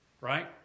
right